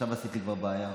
עכשיו עשית לי כבר בעיה.